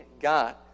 God